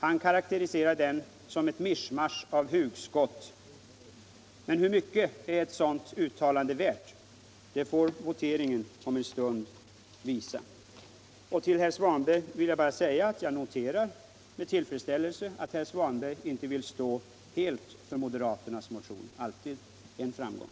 Han karakteriserar den som ett mischmasch av hugskott. Men hur mycket ett sådant uttalande är värt får voteringen om en stund visa. Till herr Svanström vill jag bara säga att jag med tillfredsställelse noterar att han inte helt vill ställa sig bakom moderaternas motion. Det är alltid en framgång.